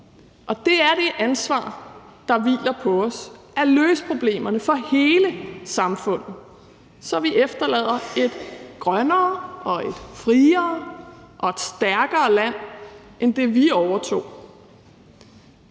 Det er det ansvar, der hviler på os: at løse problemerne for hele samfundet, så vi efterlader et grønnere og et friere og et stærkere land end det, vi overtog.